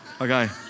Okay